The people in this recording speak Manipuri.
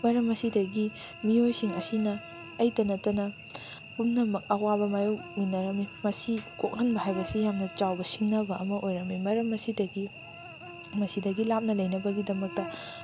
ꯃꯔꯝ ꯑꯁꯤꯗꯒꯤ ꯃꯤꯑꯣꯏꯁꯤꯡ ꯑꯁꯤꯅ ꯑꯩꯇ ꯅꯠꯇꯅ ꯄꯨꯝꯅꯃꯛ ꯑꯋꯥꯕ ꯃꯥꯏꯌꯣꯛꯃꯤꯟꯅꯔꯝꯃꯤ ꯃꯁꯤ ꯀꯣꯛꯍꯟꯕ ꯍꯥꯏꯕꯁꯤ ꯌꯥꯝꯅ ꯆꯥꯎꯕ ꯁꯤꯡꯅꯕ ꯑꯃ ꯑꯣꯏꯔꯝꯃꯤ ꯃꯔꯝ ꯑꯁꯤꯗꯒꯤ ꯃꯁꯤꯗꯒꯤ ꯂꯥꯞꯅ ꯂꯩꯅꯕꯒꯤꯗꯃꯛꯇ